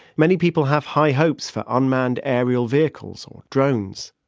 many people have high hopes for unmanned aerial vehicles, or drones.